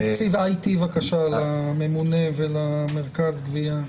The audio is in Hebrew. תקציב IT לממונה ולמרכז הגבייה.